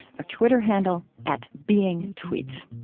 our twitter handle at beingtweets